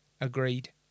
agreed